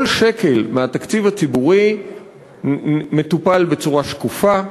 שקל מהתקציב הציבורי מטופל בצורה שקופה,